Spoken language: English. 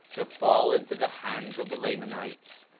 to fall into the hands of the lamanites,